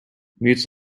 mutes